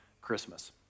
Christmas